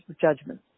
judgment